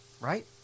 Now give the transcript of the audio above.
right